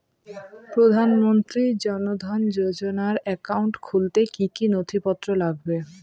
প্রধানমন্ত্রী জন ধন যোজনার একাউন্ট খুলতে কি কি নথিপত্র লাগবে?